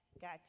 got